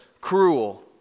cruel